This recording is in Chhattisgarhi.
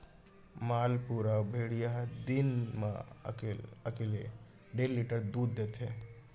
मालपुरा भेड़िया ह दिन म एकले डेढ़ लीटर दूद देथे